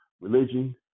religion